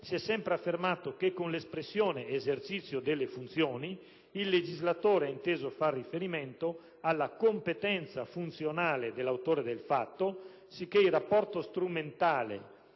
si è sempre affermato che, con l'espressione "esercizio delle funzioni", il legislatore ha inteso fare riferimento alla competenza funzionale dell'autore del fatto, sicché il rapporto strumentale